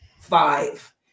five